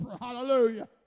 Hallelujah